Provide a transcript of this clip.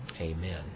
Amen